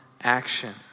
action